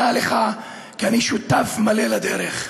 דע לך כי אני שותף מלא בדרך,